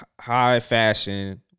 high-fashion